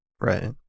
Right